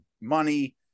money